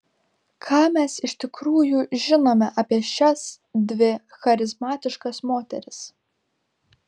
ką mes iš tikrųjų žinome apie šias dvi charizmatiškas moteris